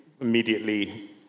immediately